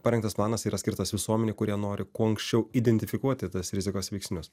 parengtas planas yra skirtas visuomenei kurie nori kuo anksčiau identifikuoti tuos rizikos veiksnius